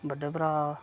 बड्डे भ्राऽ